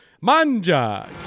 manja